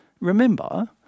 remember